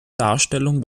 darstellung